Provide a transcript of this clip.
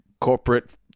corporate